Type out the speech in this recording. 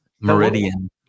Meridian